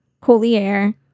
Collier